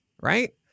right